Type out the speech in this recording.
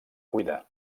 cuida